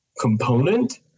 component